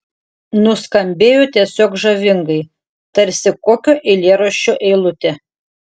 nuskambėjo tiesiog žavingai tarsi kokio eilėraščio eilutė